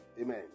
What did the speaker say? Amen